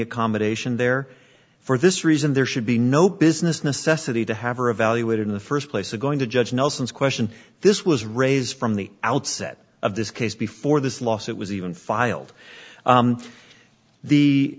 accommodation there for this reason there should be no business necessity to have or evaluated in the first place a going to judge nelson's question this was raised from the outset of this case before this lawsuit was even filed the the